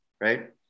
right